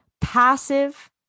Passive